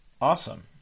Awesome